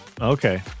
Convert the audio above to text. Okay